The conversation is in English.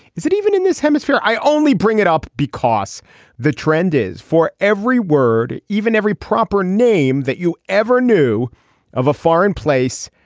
is it even in this hemisphere. i only bring it up because the trend is for every word even every proper name that you ever knew of a foreign place.